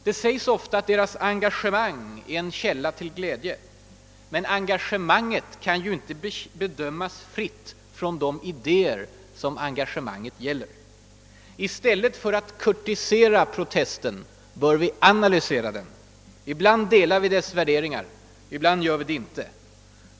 Det sägs ofta att deras »engage mang» är en källa till glädje — men engagemanget kan inte bedömas utan hänsyn till de idéer som engagemanget gäller. I stället för att kurtisera protesten bör vi analysera den. Ibland delar vi dess värderingar, ibland gör vi det inte.